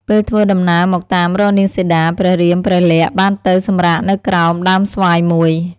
ពេលធ្វើដំណើរមកតាមរកនាងសីតា ព្រះរាមព្រះលក្សណ៍បានទៅសម្រាកនៅក្រោម ដើមស្វាយមួយ។